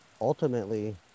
ultimately